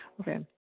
Okay